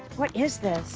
what is